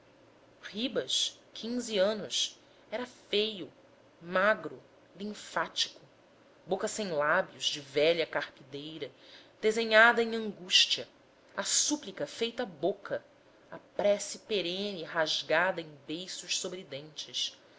ribas quinze anos era feio magro linfático boca sem lábios de velha carpideira desenhada em angústia a súplica feita boca a prece perene rasgada em beiços sobre dentes